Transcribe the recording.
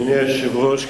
אדוני היושב-ראש,